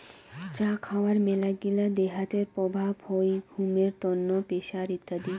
চা খাওয়ার মেলাগিলা দেহাতের প্রভাব হই ঘুমের তন্ন, প্রেসার ইত্যাদি